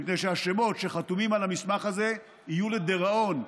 מפני שהשמות שחתומים על המסמך הזה יהיו לדיראון,